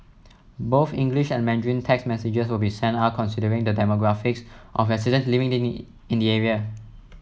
both English and Mandarin text messages will be sent out after considering the demographics of residents living in the area